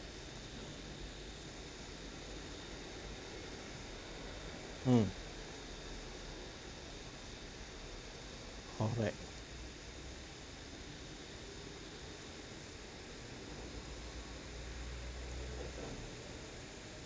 mm correct